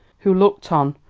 who looked on,